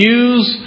use